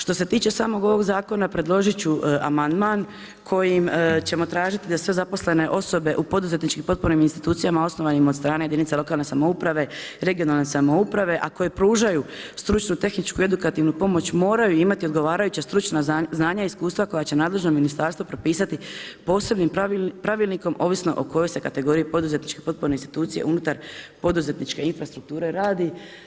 Što se tiče samog ovog zakona, predložiti ću amandman kojim ćemo tražiti da sve zaposlene osobe u poduzetničkim potpornim institucijama, osnovanim od strane jedinice lokalne samouprave regionalne samouprave, a koje pružaju, stručnu tehničku i edukativnu pomoć moraju imati odgovarajuća stručna znanja, iskustva koja će nadležno ministarstvo propisati posebnim pravilnikom ovisno o kojoj se kategoriji poduzetničkih potpornih insinuacija, unutar poduzetničke infrastrukture radi.